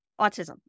autism